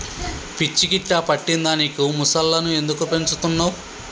పిచ్చి గిట్టా పట్టిందా నీకు ముసల్లను ఎందుకు పెంచుతున్నవ్